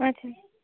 اچھا